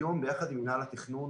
היום ביחד עם מנהל התכנון,